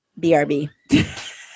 BRB